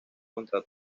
contra